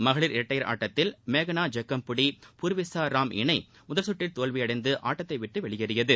மகளிர் இரட்டையர் ஆட்டத்தில் மேகனா ஐக்கம்புடி பூர்விசா ராம் இணை முதல் கற்றில் தோற்று ஆட்டத்தை விட்டு வெளியேறியது